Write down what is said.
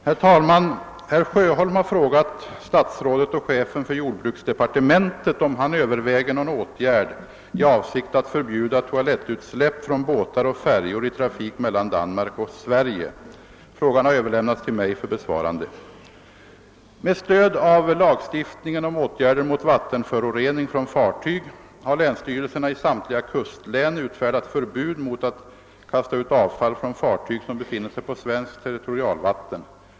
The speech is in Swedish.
Herr talman! Herr Sjöholm har frågat statsrådet och chefen för jordbruksdepartementet om han överväger någon åtgärd i avsikt att förbjuda toalettutsläpp från båtar och färjor i trafik mellan Danmark och Sverige. Frågan har överlämnats till mig för besvarande. Med stöd av lagstiftningen om åtgärder mot vattenförorening från fartyg har länsstyrelserna i samtliga kustlän utfärdat förbud mot att kasta ut avfall från fartyg som befinner sig på svenskt territorialvatten.